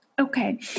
Okay